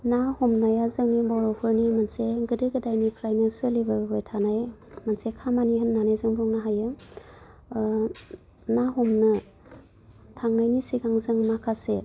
ना हमनाया जोंनि भारतफोरनि मोनसे गोदो गोदायनिफ्रायनो सोलिबोबाय थानाय मोनसे खामानि होन्नानै जों बुंनो हायो ना हमनो थांनायनि सिगां जों माखासे